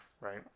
Right